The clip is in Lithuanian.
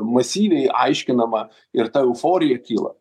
masyviai aiškinama ir ta euforija kyla